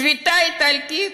שביתה איטלקית?